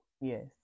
yes